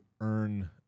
earn